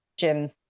gyms